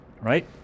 Right